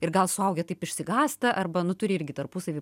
ir gal suaugę taip išsigąsta arba nu turi irgi tarpusavy